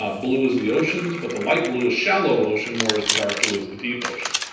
ah blue is the oceans, but the light blue isshallow ocean, whereas the dark blue is the deep ocean.